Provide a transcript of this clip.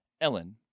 Ellen